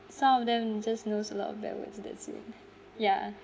some of them just knows a lot of bad words in the scene yeah